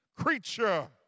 creature